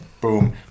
Boom